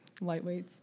lightweights